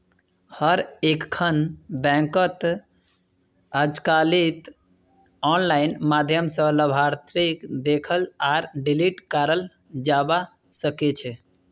हर एकखन बैंकत अजकालित आनलाइन माध्यम स लाभार्थीक देखाल आर डिलीट कराल जाबा सकेछे